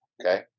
Okay